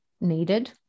needed